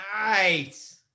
Nice